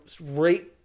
rate